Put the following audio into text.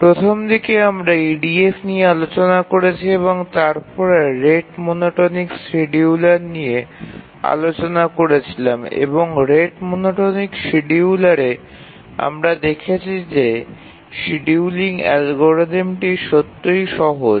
প্রথমদিকে আমরা EDF নিয়ে আলোচনা করেছি এবং তারপরে রেট মনোটোনিক শিডিয়ুলার নিয়ে আলোচনা করছিলাম এবং রেট মনোটোনিক শিডিয়ুলারে আমরা দেখেছি যে শিডিয়ুলিং অ্যালগরিদমটি সত্যই সহজ